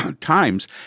times